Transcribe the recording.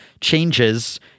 changes